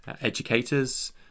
educators